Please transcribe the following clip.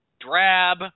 drab